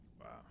Wow